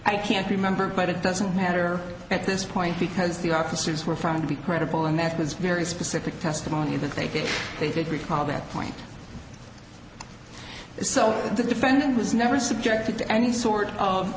i can't remember but it doesn't matter at this point because the officers were found to be credible and that was very specific testimony that they did they did recall that point so the defendant was never subjected to any sort of